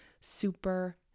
super